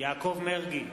יעקב מרגי,